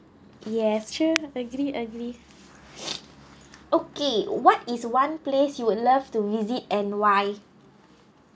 yes true agree agree okay what is one place you would love to visit and why